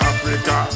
Africa